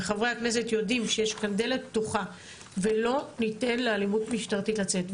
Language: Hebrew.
וחברי הכנסת יודעים שיש כאן דלת פתוחה ולא ניתן לאלימות המשטרתית לצאת.